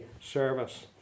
service